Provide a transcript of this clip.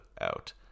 out